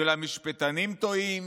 של המשפטנים טועים,